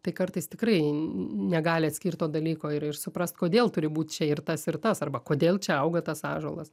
tai kartais tikrai negali atskirt to dalyko ir suprast kodėl turi būt čia ir tas ir tas arba kodėl čia auga tas ąžuolas